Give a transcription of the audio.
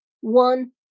One